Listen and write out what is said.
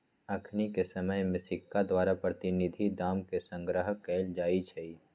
अखनिके समय में सिक्का द्वारा प्रतिनिधि दाम के संग्रह कएल जाइ छइ